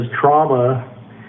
trauma